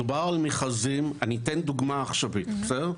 מדובר על מכרזים אתן דוגמה עכשווית, בסדר?